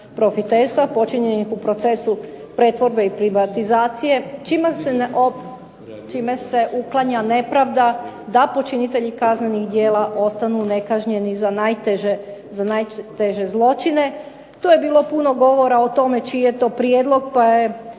profiterstva počinjenih u procesu pretvorbe i privatizacije čime se uklanja nepravda da počinitelji kaznenih djela ostanu nekažnjeni za najteže zločine. To je bilo puno govora o tome čiji je to prijedlog pa je